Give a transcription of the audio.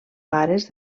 pares